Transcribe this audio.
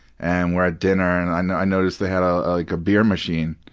and we're at dinner and and i notice they have, ah like, a beer machine.